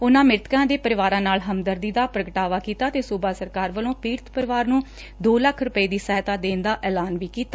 ਉਨ਼ਾਂ ਮਿਤਕਾਂ ਦੇ ਪਰਿਵਾਰਾਂ ਨਾਲ ਹਮਦਰਦੀ ਦਾ ਪ੍ਰਗਟਾਵਾ ਕੀਤਾ ਤੇ ਸੁਬਾ ਸਰਕਾਰ ਵਲੋ ਪੀੜਿਤ ਪਰਿਵਾਰ ਨੂੰ ਦੋ ਲੱਖ ਰੁਪਏ ਦੀ ਸਹਾਇਤਾ ਦੇਣ ਦਾ ਐਲਾਨ ਕੀਤਾ